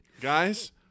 Guys